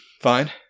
Fine